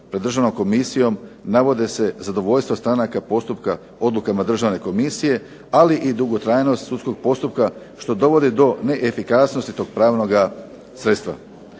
pred Državnom komisijom navode se zadovoljstva stranaka postupka odlukama Državne komisije, ali i dugotrajnost sudskog postupka što dovodi do neefikasnosti tog pravnog sredstva.